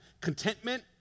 Contentment